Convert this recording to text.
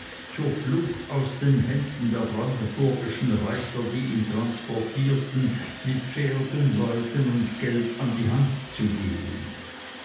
zur flucht aus den händen der brandenburgischen reuter die ihn transportierten mit pferden leuten und geld an die hand zu gehen